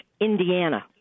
Indiana